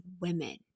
women